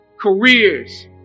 careers